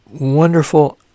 wonderful